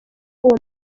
uwo